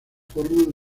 forman